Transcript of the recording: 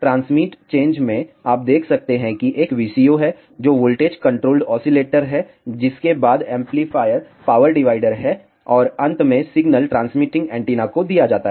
transmit change में आप देख सकते हैं कि एक VCO है जो वोल्टेज कंट्रोल्ड ओसीलेटर है जिसके बाद एम्पलीफायर पावर डिवाइडर है और अंत में सिग्नल ट्रांसमिटिंग एंटीना को दिया जाता है